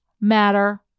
matter